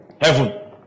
heaven